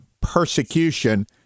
persecution